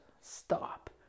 stop